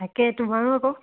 তাকে তোমাৰো আক'